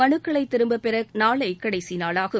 மனுக்களை திரும்பப்பெற நாளை கடைசி நாளாகும்